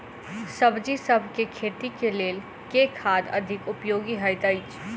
सब्जीसभ केँ खेती केँ लेल केँ खाद अधिक उपयोगी हएत अछि?